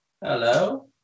Hello